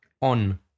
on